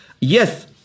Yes